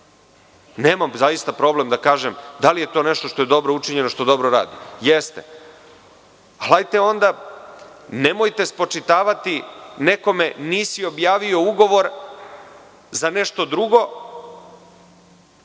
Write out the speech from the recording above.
Nemam problem da kažem da li je to nešto što je dobro učinjeno, što dobro radi. Jeste, ali onda nemojte spočitavati nekome, nisi objavio ugovor za nešto drugo,